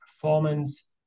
performance